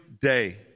day